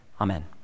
Amen